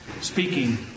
speaking